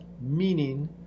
meaning